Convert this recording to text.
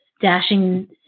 Dashing